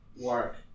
work